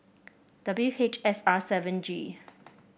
W H S R seven G